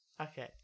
Okay